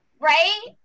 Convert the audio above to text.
right